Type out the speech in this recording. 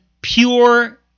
pure